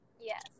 Yes